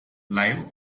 live